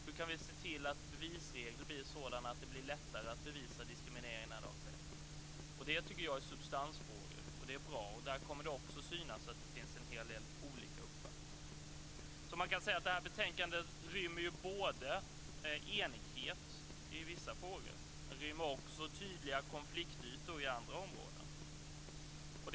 Hur kan vi se till att bevisreglerna blir sådana att det blir lättare att bevisa diskriminering när sådan har skett? Det tycker jag är substansfrågor, och det är bra. Där kommer det också att synas att det finns en hel del olika uppfattningar. Man kan alltså säga att det här betänkandet rymmer både enighet i vissa frågor och tydliga konfliktytor på andra områden.